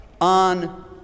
on